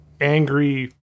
angry